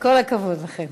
כל הכבוד לכן.